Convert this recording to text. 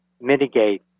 mitigate